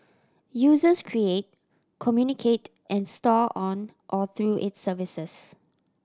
users create communicate and store on or through its services